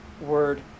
word